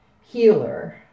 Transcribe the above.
healer